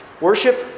Worship